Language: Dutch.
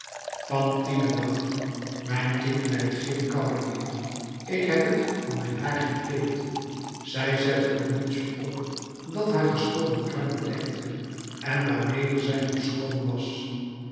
fantine dacht mijn kind lijdt geen koude meer ik heb het van mijn haar gekleed zij zette een mutsje op dat haar geschoren kruin bedekte en waarmede zij nog schoon was